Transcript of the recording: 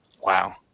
Wow